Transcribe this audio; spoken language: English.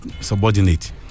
subordinate